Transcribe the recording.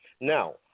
Now